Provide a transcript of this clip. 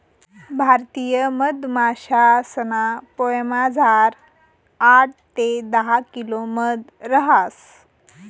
भारतीय मधमाशासना पोयामझार आठ ते दहा किलो मध रहास